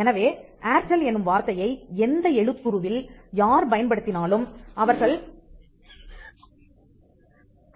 எனவே ஏர்டெல் என்னும் வார்த்தையை எந்த எழுத்துருவில் யார் பயன்படுத்தினாலும்